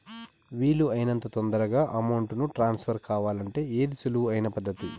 వీలు అయినంత తొందరగా అమౌంట్ ను ట్రాన్స్ఫర్ కావాలంటే ఏది సులువు అయిన పద్దతి